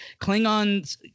Klingons